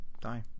die